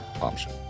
option